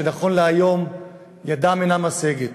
שנכון להיום ידן אינה משגת.